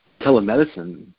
telemedicine